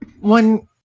One